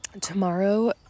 Tomorrow